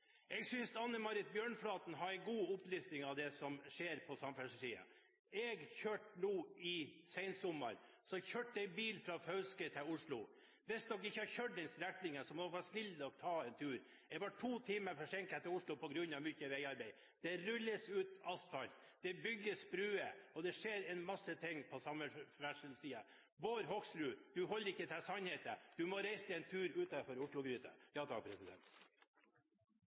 Jeg synes Anne Marit Bjørnflaten har en god opplisting av det som skjer på samferdselssiden. Jeg kjørte på sensommeren bil fra Fauske til Oslo. Hvis dere ikke har kjørt den strekningen, må dere være snille og ta en tur. Jeg ble to timer forsinket til Oslo på grunn av mye veiarbeid. Det rulles ut asfalt, det bygges bruer, og det skjer en masse ting på samferdselssiden. Bård Hoksrud, du holder deg ikke til sannheten, du må reise en tur utenfor